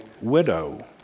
widow